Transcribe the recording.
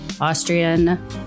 Austrian